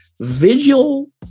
Vigil